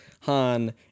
Han